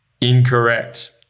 Incorrect